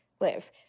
live